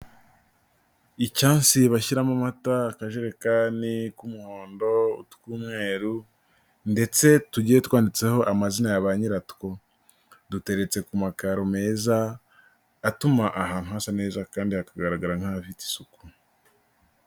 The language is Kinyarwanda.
Icyansi bashyiramo amata, akajerekani k'umuhondo, utw'umweru, ndetse tugiye twanditseho amazina ya ba nyiratwo, duteretse ku makaro meza, atuma ahantu hasa neza kandi hakagaragara nk'ahafite isuku.